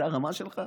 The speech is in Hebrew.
זה הרמה שלך,